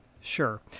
Sure